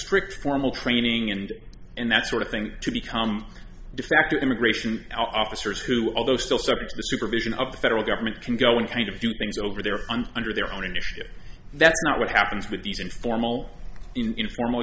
strict formal training and and that sort of thing to become defacto immigration officers who although still subject to the supervision of the federal government can go in kind of do things over there and under their own initiative that's not what happens with these informal informal